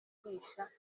twigisha